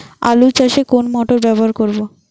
আলু চাষে কোন মোটর ব্যবহার করব?